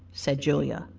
said julia.